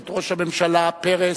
את ראש הממשלה פרס,